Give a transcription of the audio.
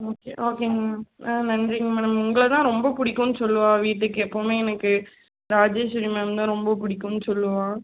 okay ஓகேங்க ma'am ஆ நன்றிங்க மேடம் உங்களைதான் ரொம்ப பிடிக்குன்னு சொல்லுவா வீட்டுக்கு எப்போவுமே எனக்கு ராஜேஸ்வரி மேம் தான் ரொம்ப பிடிக்குன்னு சொல்லுவா